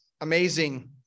amazing